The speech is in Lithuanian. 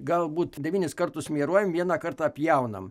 galbūt devynis kartus mieruojam vieną kartą pjaunam